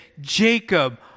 Jacob